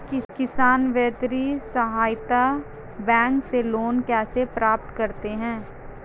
किसान वित्तीय सहायता बैंक से लोंन कैसे प्राप्त करते हैं?